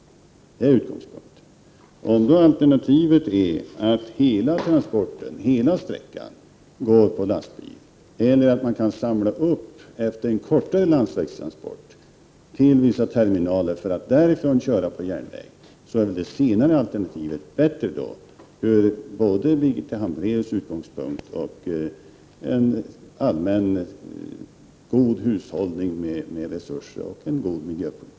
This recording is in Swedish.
Det är utgångspunkten. Om alternativen är att hela transporten går med lastbil hela sträckan eller att det görs en uppsamling efter en kortare 21 landsvägstransport till vissa terminaler och transporten går vidare på järnväg, är väl det senare alternativet bättre, både från Birgitta Hambraeus utgångspunkt och med hänvisning till en allmän, god hushållning med resurser och en god miljöpolitik.